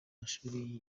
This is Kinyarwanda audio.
mashuli